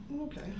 okay